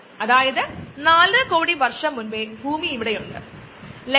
അതായത് പാലിൽ സംഭവിക്കുന്ന മറ്റു കാര്യങ്ങൾ സഹിതം ഒരു ഉചിതമായ വിധത്തിൽ അത് നടക്കുന്നു